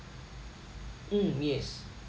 mm yes